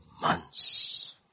months